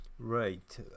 Right